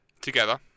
together